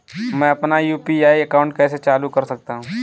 मैं अपना UPI account कैसे चालू कर सकता हूँ?